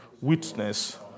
witness